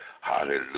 hallelujah